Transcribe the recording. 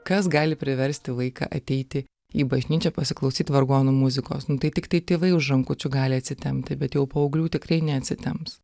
kas gali priversti vaiką ateiti į bažnyčią pasiklausyt vargonų muzikos nu tai tiktai tėvai už rankučių gali atsitempti bet jau paauglių tikrai neatsitemps